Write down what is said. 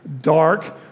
dark